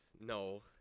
no